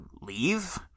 leave